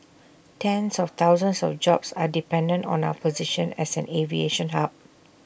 tens of thousands of jobs are dependent on our position as an aviation hub